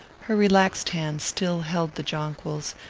her relaxed hand still held the jonquils,